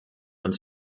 uns